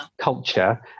culture